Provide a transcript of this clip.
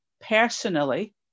personally